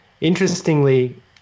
interestingly